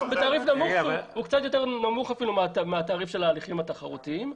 הוא קצת יותר נמוך מהתעריף של ההליכים התחרותיים.